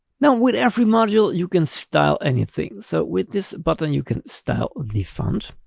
now with every module, you can style anything. so with this button, you can style the font,